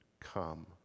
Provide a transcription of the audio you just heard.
Come